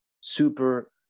super